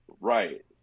Right